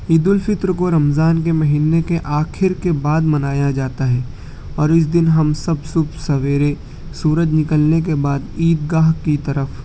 عید الفطر کو رمضان کے مہینے کے آخر کے بعد منایا جاتا ہے اور اس دن ہم سب صبح سویرے سورج نکلنے کے بعد عید گاہ کی طرف